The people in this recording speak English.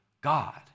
God